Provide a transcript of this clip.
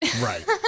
Right